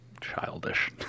childish